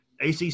ACC